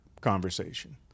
conversation